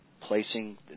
placing